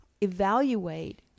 evaluate